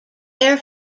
air